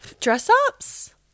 Dress-ups